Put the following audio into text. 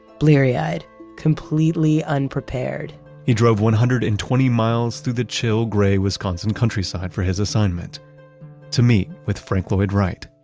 bleary-eyed completely unprepared he drove one hundred and twenty miles through the chill gray wisconsin countryside for his assignment to meet with frank lloyd wright